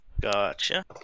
Gotcha